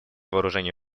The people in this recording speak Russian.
вооружений